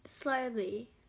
Slowly